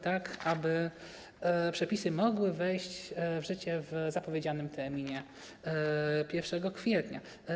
Tak aby przepisy mogły wejść w życie w zapowiedzianym terminie 1 kwietnia.